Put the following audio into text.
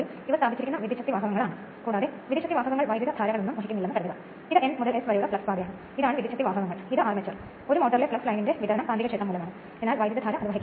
ഇവിടെ എന്തെങ്കിലുമൊക്കെ ബാർ തരത്തിലുള്ള കാര്യങ്ങൾ കണ്ടാൽ അത് squirrel cage റോട്ടറാണ് സ്ലോട്ടുകൾ അവിടെയുണ്ട് ബാറുകൾ യഥാർത്ഥത്തിൽ അതിൽ സ്ഥാപിച്ചിരിക്കുന്നു